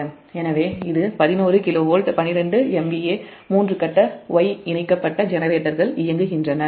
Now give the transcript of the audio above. எனவே இது 11 kV 12MVA மூன்று கட்ட Y இணைக்கப்பட்ட ஜெனரேட்டர்கள் இயங்குகின்றன